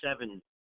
seven